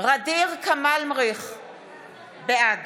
בעד